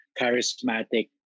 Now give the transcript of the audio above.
charismatic